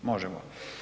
Možemo.